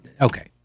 Okay